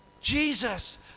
Jesus